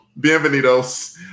Bienvenidos